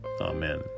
Amen